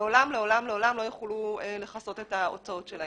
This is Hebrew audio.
לעולם לא יוכלו לכסות את ההוצאות שלהם.